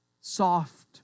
soft